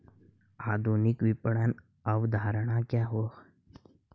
आधुनिक विपणन अवधारणा क्या है?